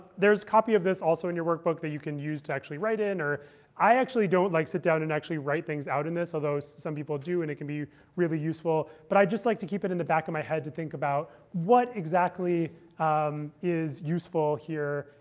there's a copy of this also in your workbook that you can use to actually write in. i actually don't like sit down and actually write things out in this, although some people do, and it can be really useful. but i just like to keep it in the back of my head to think about, what exactly is useful here,